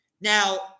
Now